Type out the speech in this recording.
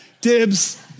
dibs